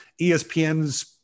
ESPN's